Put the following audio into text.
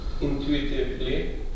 intuitively